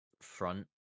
front